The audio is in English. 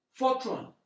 Fortran